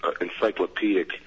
encyclopedic